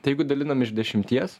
tai jeigu dalinam iš dešimties